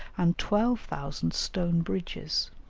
and twelve thousand stone bridges.